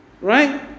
right